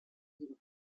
vivant